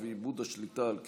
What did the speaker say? עאידה תומא סלימאן,